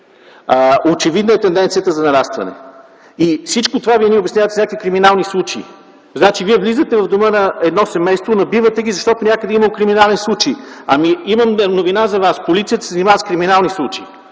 Очевидна е тенденцията за нарастване. И всичко това Вие ни обяснявате с някакви криминални случаи. Значи Вие влизате в дома на едно семейство, набивате ги, защото някъде имало криминален случай. Имам новина за Вас – Полицията се занимава с криминални случаи.